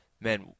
Man